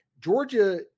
Georgia